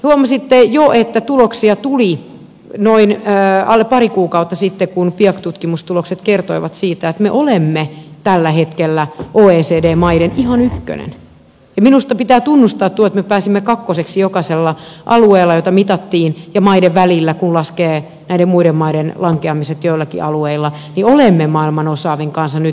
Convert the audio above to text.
huomasitte jo että tuloksia tuli alle pari kuukautta sitten kun piaac tutkimustulokset kertoivat siitä että me olemme tällä hetkellä oecd maiden ihan ykkönen ja minusta pitää tunnustaa tuo että me pääsimme kakkoseksi jokaisella alueella joita mitattiin ja maiden välillä kun laskee näiden muiden maiden lankeamiset joillakin alueilla olemme maailman osaavin kansa nyt